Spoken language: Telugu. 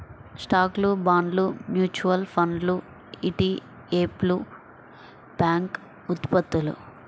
స్టాక్లు, బాండ్లు, మ్యూచువల్ ఫండ్లు ఇ.టి.ఎఫ్లు, బ్యాంక్ ఉత్పత్తులు